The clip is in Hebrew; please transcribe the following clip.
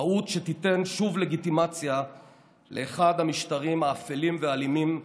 טעות שתיתן שוב לגיטימציה לאחד המשטרים האפלים והאלימים בעולם.